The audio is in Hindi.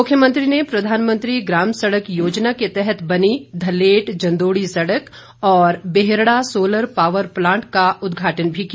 मुख्यमंत्री ने प्रधानमंत्री ग्राम सड़क योजना के तहत बनी धलेट जंदोड़ी सड़क और बेहरड़ा सोलर पावर प्लांट का उदघाटन भी किया